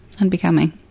unbecoming